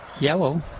Yellow